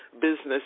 business